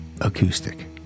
acoustic